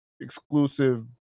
exclusive